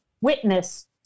witness